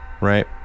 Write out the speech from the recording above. right